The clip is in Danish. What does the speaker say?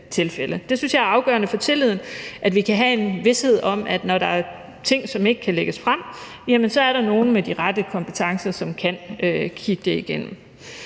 Jeg synes, det er afgørende for tilliden, at vi kan have en vished for, at når der er ting, som ikke kan lægges frem, så er der nogle med de rette kompetencer, som kan kigge det igennem.